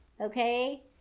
okay